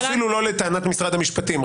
אפילו לא לטענת משרד המשפטים,